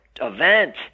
event